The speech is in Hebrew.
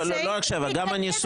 לא רק סעיף 7, גם הניסוח.